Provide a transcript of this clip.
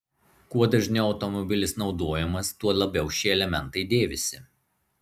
kuo dažniau automobilis naudojamas tuo labiau šie elementai dėvisi